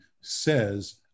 says